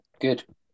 Good